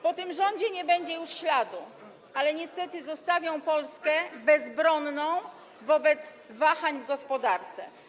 Po tym rządzie nie będzie już śladu, ale niestety zostawi Polskę bezbronną wobec wahań w gospodarce.